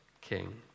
King